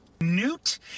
Newt